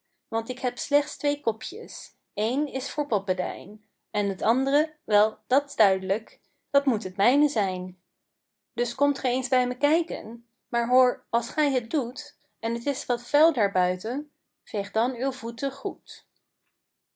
want ik heb slechts twee kopjes een is voor poppedijn en t and're wel dat s duid'lijk dat moet het mijne zijn dus komt ge eens bij me kijken maar hoor als gij het doet en t is wat vuil daar buiten veeg dan uw voeten goed